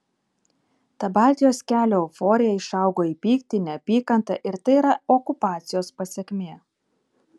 ta baltijos kelio euforija išaugo į pyktį neapykantą ir tai yra okupacijos pasekmė